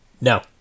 no